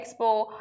Expo